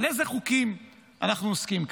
באילו חוקים אנחנו עוסקים כאן.